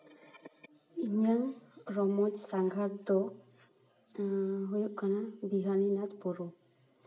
ᱤᱧᱟᱹᱜ ᱨᱚᱢᱚᱡᱽ ᱥᱟᱸᱜᱷᱟᱨ ᱫᱚ ᱦᱩᱭᱩᱜ ᱠᱟᱱᱟ ᱵᱤᱦᱟᱨᱤᱱᱟᱛᱷ ᱵᱩᱨᱩ